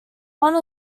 one